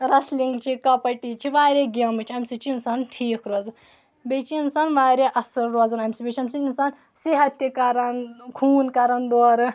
wrestling چھِ کَپَٹی چھِ واریاہ گیمہٕ چھِ امہِ سۭتۍ چھِ اِنسان ٹھیٖک روزا بیٚیہِ چھِ اِنسان واریاہ اَصل روزان امہِ سۭتۍ بیٚیہِ چھِ اَمہِ سۭتۍ اِنسان صحت تہِ کَران خوٗن کرَان دورٕ